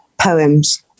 poems